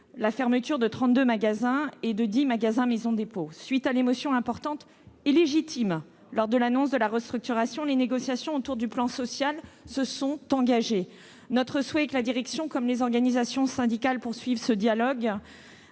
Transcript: la fermeture de 32 magasins et de 10 magasins Maison Dépôt. Après l'émotion importante et légitime qui s'est manifestée lors de l'annonce de la restructuration, les négociations autour du plan social se sont engagées. Notre souhait est que la direction et les organisations syndicales poursuivent ce dialogue